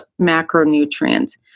macronutrients